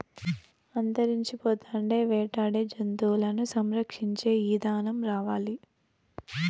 అంతరించిపోతాండే వేటాడే జంతువులను సంరక్షించే ఇదానం రావాలి